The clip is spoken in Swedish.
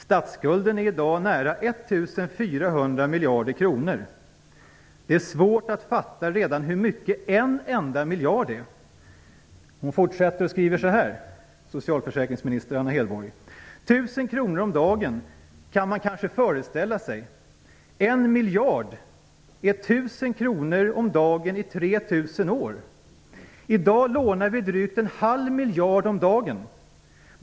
Statsskulden är i dag nära 1 400 miljarder. Det är svårt att fatta redan hur mycket pengar en enda miljard är. 1 000 kronor om dagen kan man kanske föreställa sig. En miljard är 1 000 kronor om dagen i 3 000 år! I dag lånar vi drygt en halv miljard om dagen.